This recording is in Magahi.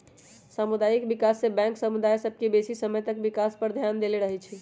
सामुदायिक विकास बैंक समुदाय सभ के बेशी समय तक विकास पर ध्यान देले रहइ छइ